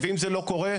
ואם זה לא קורה,